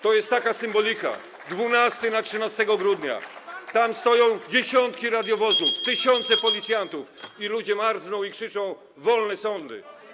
To jest taka symbolika: z 12 na 13 grudnia, tam stoją dziesiątki radiowozów, [[Gwar na sali, dzwonek]] tysiące policjantów i ludzie marzną i krzyczą: „Wolne sądy!